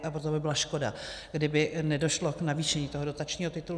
A proto by byla škoda, kdyby nedošlo k navýšení toho dotačního titulu.